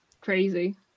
crazy